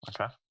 Okay